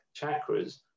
chakras